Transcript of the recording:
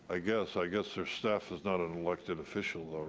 i guess. i guess their staff is not an elected official?